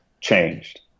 changed